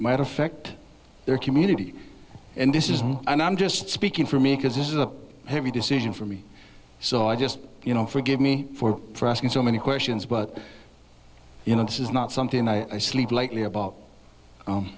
might affect their community and this is i'm just speaking for me because this is a heavy decision for me so i just you know forgive me for asking so many questions but you know this is not something i sleep lately about